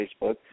Facebook